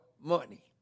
money